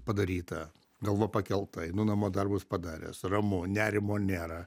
padaryta galva pakelta einu namo darbus padaręs ramu nerimo nėra